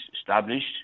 established